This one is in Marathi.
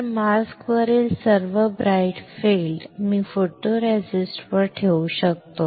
तर मास्कवरील सर्व ब्राइट फील्ड मी फोटोरेसिस्टवर ठेवू शकतो